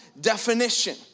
definition